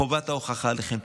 חובת ההוכחה עליכם.